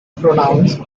pronounced